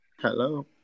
Hello